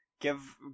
give